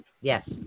Yes